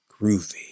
groovy